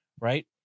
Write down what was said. right